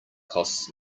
costs